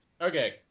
Okay